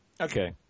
okay